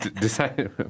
decide